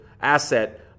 Asset